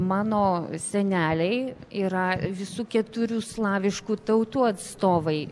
mano seneliai yra visų keturių slaviškų tautų atstovai